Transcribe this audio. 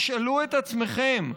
תשאלו את עצמכם: